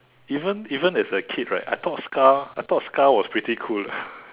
even even as a kid right I thought Scar I thought Scar was pretty cool eh